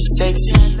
sexy